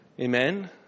Amen